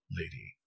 lady